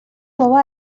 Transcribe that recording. بابا